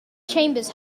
chambers